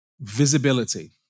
Visibility